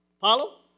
Follow